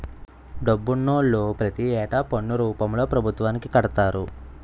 డబ్బునోళ్లు ప్రతి ఏటా పన్ను రూపంలో పభుత్వానికి కడతారు